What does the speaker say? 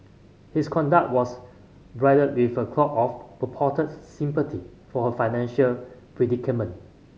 his conduct was bridled with a cloak of purported sympathy for her financial predicament